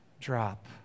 drop